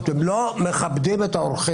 אתם לא מכבדים את האורחים.